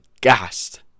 gassed